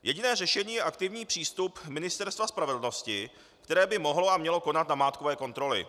Jediné řešení je aktivní přístup Ministerstva spravedlnosti, které by mohlo a mělo konat namátkové kontroly.